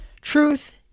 Truth